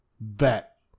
bet